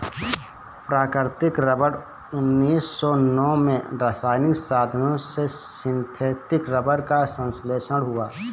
प्राकृतिक रबर उन्नीस सौ नौ में रासायनिक साधनों से सिंथेटिक रबर का संश्लेषण हुआ